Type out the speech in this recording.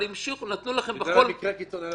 אבל נתנו לכם --- אתה מדבר על מקרה קיצון.